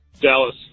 Dallas